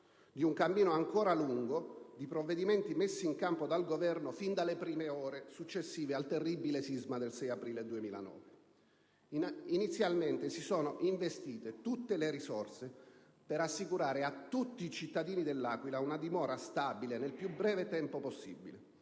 di un cammino ancora lungo di provvedimenti messi in campo dal Governo fin dalle prime ore successive al terribile sisma del 6 aprile 2009. Inizialmente, si sono investite tutte le risorse per assicurare a tutti i cittadini dell'Aquila una dimora stabile, nel più breve tempo possibile,